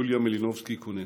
יוליה מלינובסקי קונין.